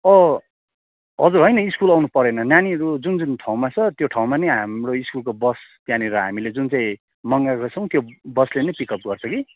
हजुर होइन स्कुल आउनु परेन नानीहरू जुन जुन ठाउँमा छ त्यो ठाउँमा नै हाम्रो स्कुलको बस त्यहाँनिर हामीले जुन चाहिँ मगाएको छौँ त्यो बसले नै पिकअप गर्छ कि